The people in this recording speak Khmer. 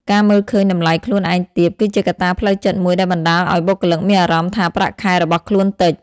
ការមើលឃើញតម្លៃខ្លួនឯងទាប គឺជាកត្តាផ្លូវចិត្តមួយដែលបណ្ដាលឲ្យបុគ្គលិកមានអារម្មណ៍ថាប្រាក់ខែរបស់ខ្លួនតិច។